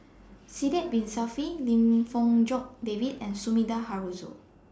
Sidek Bin Saniff Lim Fong Jock David and Sumida Haruzo